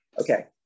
okay